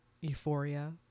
Euphoria